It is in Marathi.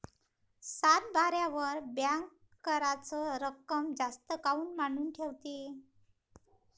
सातबाऱ्यावर बँक कराच रक्कम जास्त काऊन मांडून ठेवते?